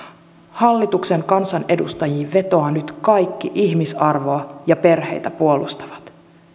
hallituksen kansanedustajiin vetoavat nyt kaikki ihmisarvoa ja perheitä puolustavat